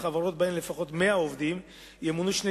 ובחברות שבהן לפחות 100 עובדים ימונו שני